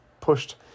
pushed